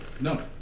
No